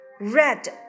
red